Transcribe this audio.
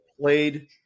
played